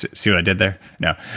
see what i did there? no.